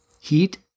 heat